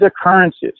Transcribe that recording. occurrences